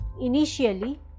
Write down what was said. Initially